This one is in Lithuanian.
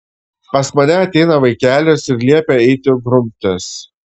pas mane ateina vaikelis ir liepia eiti grumtis